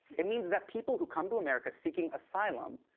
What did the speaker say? it means that people who come to america seeking asylum,